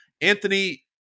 Anthony